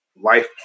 life